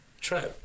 Trap